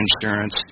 insurance